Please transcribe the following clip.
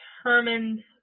Determined